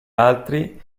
altri